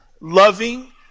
loving